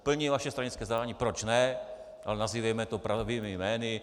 Plní vaše stranické zadání, proč ne, ale nazývejme to pravými jmény.